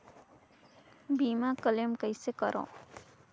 बीमा क्लेम कइसे करों?